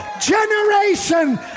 generation